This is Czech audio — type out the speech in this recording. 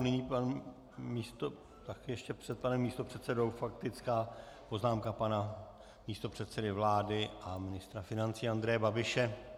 Nyní pan ještě před panem místopředsedou faktická poznámka pana místopředsedy vlády a ministra financí Andreje Babiše.